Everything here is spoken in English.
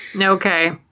Okay